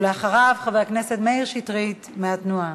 ואחריו, חבר הכנסת מאיר שטרית מהתנועה.